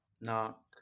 knock